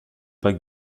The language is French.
pas